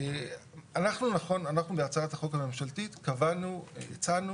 אנחנו בהצעת החוק הממשלתית הצענו